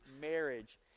marriage